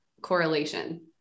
correlation